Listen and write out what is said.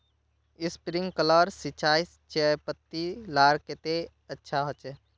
Sprinkler सिंचाई चयपत्ति लार केते अच्छा होचए?